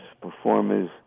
performers